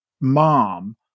mom